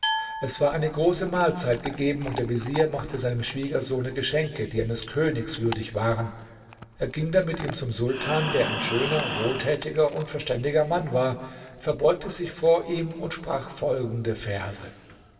es war eine große mahlzeit gegeben und der vezier machte seinem schwiegersohne geschenke die eines königs würdig waren er ging dann mit ihm zum sultan der ein schöner wohltätiger und verständiger mann war verbeugte sich vor ihm und sprach folgende verse